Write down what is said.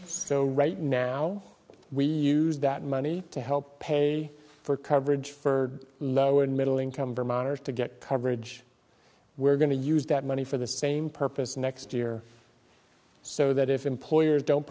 so right now we use that money to help pay for coverage for lower and middle income vermonters to get coverage we're going to use that money for the same purpose next year so that if employers don't